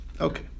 okay